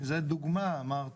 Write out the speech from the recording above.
זה דוגמא.